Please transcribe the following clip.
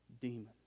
demons